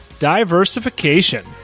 diversification